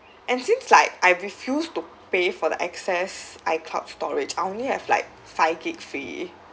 and since like I refuse to pay for the excess I_cloud storage I only have like five gig free